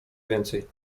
więcej